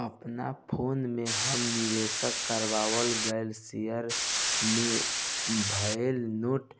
अपना फोन मे हम निवेश कराल गएल शेयर मे भएल नेट